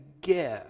give